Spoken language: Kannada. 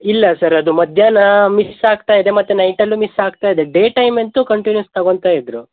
ಇಲ್ಲ ಸರ್ ಅದು ಮಧ್ಯಾಹ್ನ ಮಿಸ್ ಆಗ್ತಾ ಇದೆ ಮತ್ತು ನೈಟಲ್ಲೂ ಮಿಸ್ ಆಗ್ತಾ ಇದೆ ಡೇ ಟೈಮ್ ಅಂತೂ ಕಂಟಿನ್ಯೂಯಸ್ ತಗೋತ ಇದ್ದರು